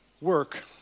work